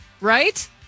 Right